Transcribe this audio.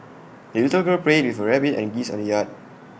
the little girl played with her rabbit and geese in the yard